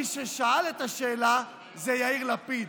מי ששאל את השאלה זה יאיר לפיד,